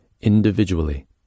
individually